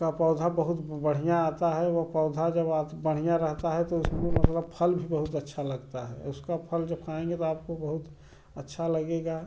का पौधा बहुत बढ़िया आता है वह पौधा जब आ बढ़िया रहता है तो उसमें मतलब फल भी बहुत अच्छा लगता है उसका फल जो खाएँगे तो आपको बहुत अच्छा लगेगा